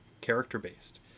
character-based